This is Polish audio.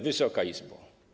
Wysoka Izbo!